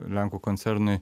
lenkų koncernui